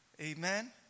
Amen